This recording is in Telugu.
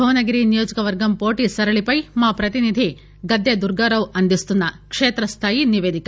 భువనగిరి నియోజక వర్గం పోటీ సరళిపై మా ప్రతినిధి గద్దె దుర్గారావు అందిస్తున్న కేత్రస్థాయి నిపేదిక